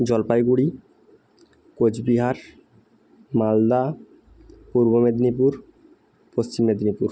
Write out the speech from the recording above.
Jalpaiguri Coochbehar Malda Purba Medinipur Paschim Medinipur